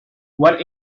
what